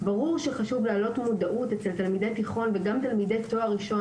ברור שחשוב להעלות מודעות אצל תלמידי תיכון וגם תלמידי תואר ראשון.